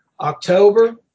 October